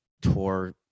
tour